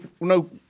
no